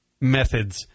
methods